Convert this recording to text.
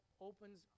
opens